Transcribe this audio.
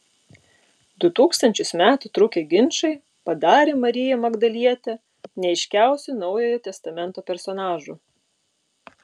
du tūkstančius metų trukę ginčai padarė mariją magdalietę neaiškiausiu naujojo testamento personažu